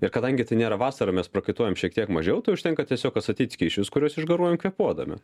ir kadangi tai nėra vasara mes prakaituojam šiek tiek mažiau tai užtenka tiesiog atstatyt skysčius kuriuos išgaruojam kvėpuodami